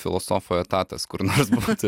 filosofo etatas kur nors būti